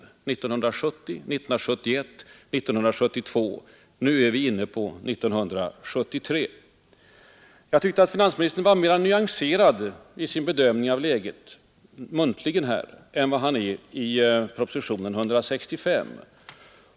1970, 1971, 1972 — nu är vi inne på 1973. Jag tyckte emellertid att finansministern var mera nyanserad här i sin muntliga bedömning av läget än vad han är i propositionen 165.